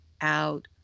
out